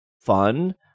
fun